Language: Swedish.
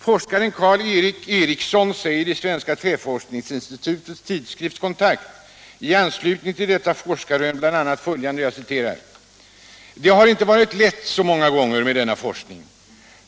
Forskaren Karl Erik Eriksson säger i Svenska träforskningsinstitutets tidskrift Kontakt i anslutning till dessa forskningsrön bl.a. följande: ”Det har inte varit så lätt alla gånger.